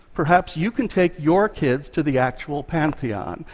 perhaps you can take your kids to the actual pantheon,